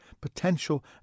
potential